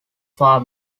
far